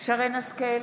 בהצבעה שרן מרים השכל,